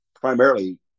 primarily